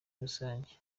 rusange